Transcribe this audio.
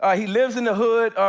ah he lives in the hood,